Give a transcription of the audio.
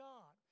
God